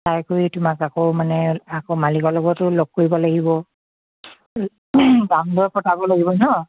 চাই কৰি তোমাক আকৌ মানে আকৌ মালিকৰ লগতো লগ কৰিব লাগিব দামদৰ পটাব লাগিব ন